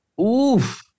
Oof